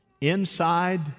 inside